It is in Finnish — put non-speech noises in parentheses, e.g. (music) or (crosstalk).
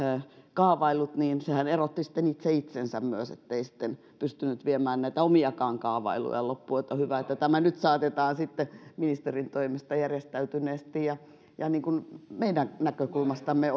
kaavailut niin sehän erotti sitten itse itsensä myös ettei sitten pystynyt viemään näitä omiakaan kaavailuja loppuun niin että on hyvä että tämä nyt saatetaan sitten ministerin toimesta järjestäytyneesti ja ja niin kuin meidän näkökulmastamme (unintelligible)